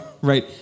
right